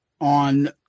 on